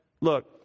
look